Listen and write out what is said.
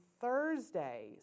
Thursday